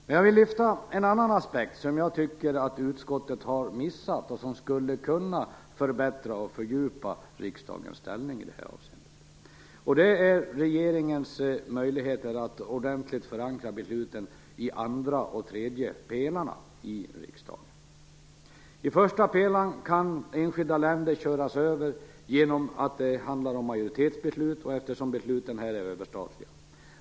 Men jag vill lyfta fram en annan aspekt som jag tycker att utskottet har missat och som skulle kunna förbättra och fördjupa riksdagens ställning i det här avseendet. Det är regeringens möjligheter att i riksdagen ordentligt förankra besluten i andra och tredje pelarna. I första pelaren kan enskilda länder köras över genom att det handlar om majoritetsbeslut och eftersom besluten här är överstatliga.